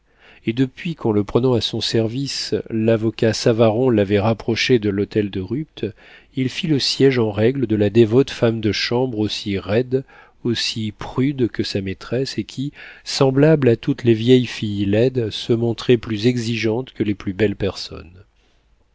et depuis qu'en le prenant à son service l'avocat savaron l'avait rapproché de l'hôtel de rupt il fit le siége en règle de la dévote femme de chambre aussi raide aussi prude que sa maîtresse et qui semblable à toutes les vieilles filles laides se montrait plus exigeante que les plus belles personnes